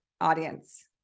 audience